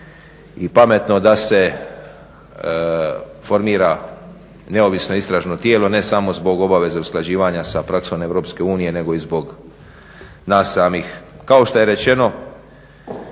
i pametno da se formira neovisno istražno tijelo ne samo zbog obaveze usklađivanja sa praksom EU nego i zbog nas samih. Kao što je rečeno